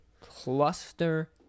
cluster